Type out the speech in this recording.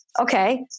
okay